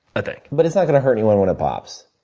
i think. but it's not going to hurt anyone when it pops.